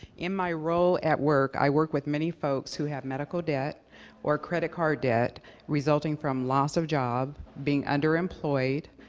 in my role at work, i work with many folks who have medical debt or credit card debt resulting from loss of job, being underemployed,